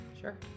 Sure